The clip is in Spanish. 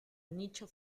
nicho